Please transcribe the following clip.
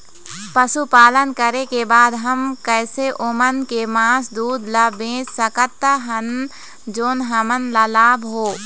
पशुपालन करें के बाद हम कैसे ओमन के मास, दूध ला बेच सकत हन जोन हमन ला लाभ हो?